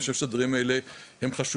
אני חושב שהדברים האלה חשובים,